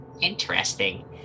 interesting